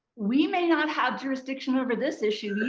we may not have jurisdiction over this issue,